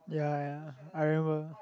ya ya I remember